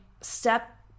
step